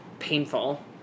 painful